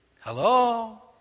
Hello